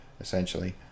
essentially